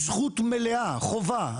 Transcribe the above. זכות מלאה, חובה.